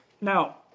Now